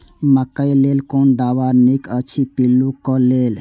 मकैय लेल कोन दवा निक अछि पिल्लू क लेल?